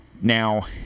Now